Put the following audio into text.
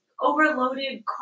overloaded